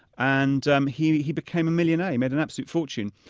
and um he he became a millionaire. he made an absolute fortune.